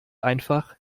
einfach